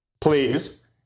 Please